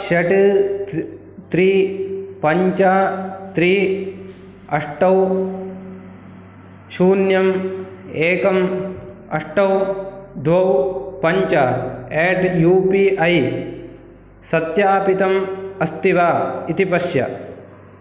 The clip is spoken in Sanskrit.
षट् त्रीणि पञ्च त्रीणि अष्ट शून्य एकं अष्ट द्वे पञ्च अट् यु पि ऐ सत्यापितम् अस्ति वा इति पश्य